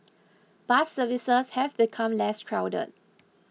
bus services have become less crowded